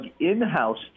in-house